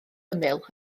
ymyl